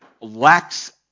lacks